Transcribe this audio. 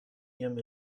ihrem